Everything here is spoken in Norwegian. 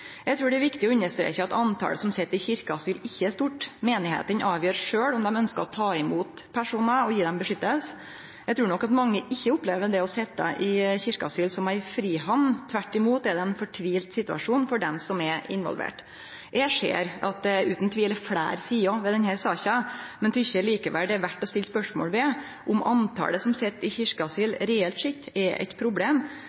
Eg trur det er viktig å understreke at talet på dei som sit i kyrkjeasyl, ikkje er stort. Kyrkjelydane avgjer sjølve om dei ønskjer å ta mot personar og gje dei beskyttelse. Eg trur nok at mange ikkje opplever det å sitje i kyrkjeasyl som ei frihamn. Tvert imot er det ein fortvila situasjon for dei som er involverte. Eg ser at det utan tvil er fleire sider ved denne saka, men tykkjer likevel det er verdt å stille spørsmål ved om talet på dei som sit i